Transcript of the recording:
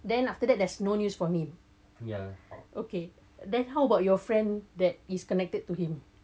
then after that there's no use for me ya okay then how about your friend that is connected to him